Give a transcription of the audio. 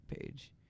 page